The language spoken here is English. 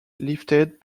lifted